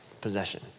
possession